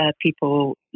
people